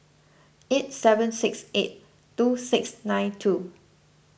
eight seven six eight two six nine two